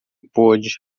pôde